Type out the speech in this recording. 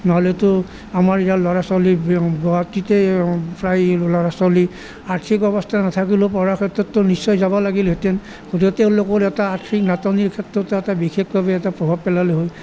ন'হলেতো আমাৰ ইয়াৰ ল'ৰা ছোৱালী গুৱাহাটীতে প্ৰায় ল'ৰা ছোৱালী আৰ্থিক অৱস্থা নাথাকিলেও পঢ়াৰ ক্ষেত্ৰতটো নিশ্চয় যাব লাগিলহেঁতেন গতিকে তেওঁলোকৰ এটা আৰ্থিক নাটনিৰ ক্ষেত্ৰত এটা বিশেষভাৱে এটা প্ৰভাৱ পেলালে হয়